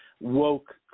woke